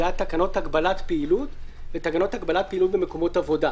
היו תקנות הגבלת פעילות ותקנות הגבלת פעילות במקומות עבודה,